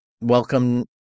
Welcome